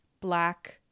Black